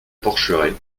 porcheraie